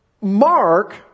Mark